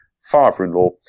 father-in-law